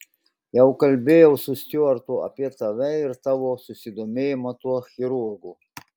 jau kalbėjau su stiuartu apie tave ir tavo susidomėjimą tuo chirurgu